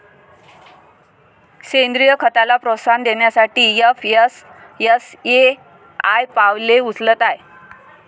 सेंद्रीय खताला प्रोत्साहन देण्यासाठी एफ.एस.एस.ए.आय पावले उचलत आहे